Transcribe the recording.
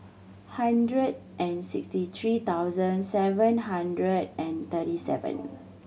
hundred and sixty three thousand seven hundred and thirty seven